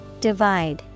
Divide